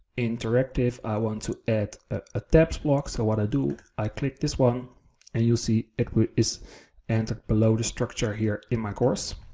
interactive, i want to add a text block. so what i do, i click this one and you'll see it is and below the structure here in my course.